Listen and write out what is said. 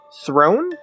throne